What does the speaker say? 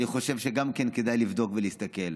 שאני חושב שגם כן כדאי לבדוק ולהסתכל.